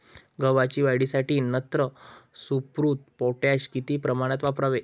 गव्हाच्या वाढीसाठी नत्र, स्फुरद, पोटॅश किती प्रमाणात वापरावे?